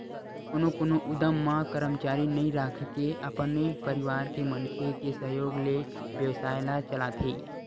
कोनो कोनो उद्यम म करमचारी नइ राखके अपने परवार के मनखे के सहयोग ले बेवसाय ल चलाथे